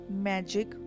magic